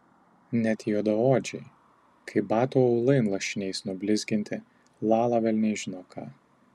net juodaodžiai kaip batų aulai lašiniais nublizginti lala velniai žino ką